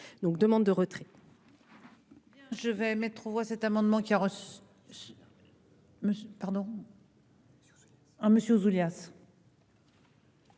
donc demande de retrait.